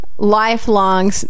Lifelong